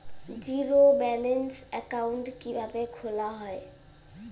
Zero balance account কিভাবে খোলা হয়?